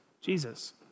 Jesus